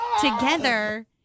together—